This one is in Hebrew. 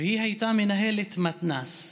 כשהיא הייתה מנהלת מתנ"ס.